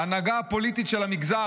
ההנהגה הפוליטית של המגזר",